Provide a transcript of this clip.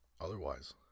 otherwise